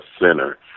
center